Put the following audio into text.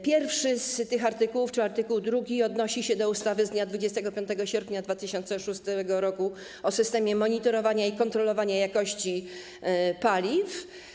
Pierwszy z tych artykułów, czyli art. 2, odnosi się do ustawy z dnia 25 sierpnia 2006 r. o systemie monitorowania i kontrolowania jakości paliw.